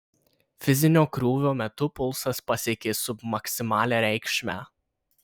fizinio krūvio metu pulsas pasiekė submaksimalią reikšmę